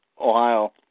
Ohio